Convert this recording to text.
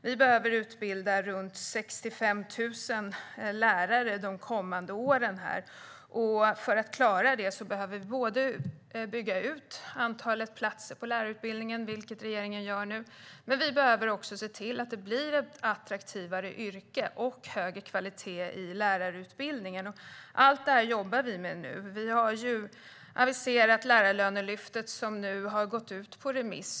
Vi behöver utbilda runt 65 000 lärare de kommande åren. För att klara det behöver vi bygga ut antalet platser på lärarutbildningen, vilket regeringen gör. Vi behöver också se till att det blir ett attraktivare yrke och att det blir högre kvalitet på lärarutbildningen. Allt detta jobbar vi med. Vi har aviserat Lärarlönelyftet, som har gått ut på remiss.